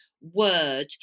word